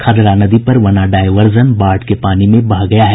खदरा नदी पर बना डायवर्जन बाढ़ के पानी में बह गया है